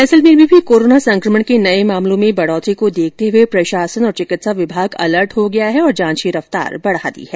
जैसलमेर में भी कोरोना संकमण के नए मामलों में बढ़ोतरी को देखते हुए प्रशासन और चिकित्सा विभाग अलर्ट हो गया है और जांच की रफ्तार बढ़ा दी है